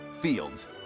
Fields